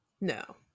No